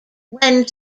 when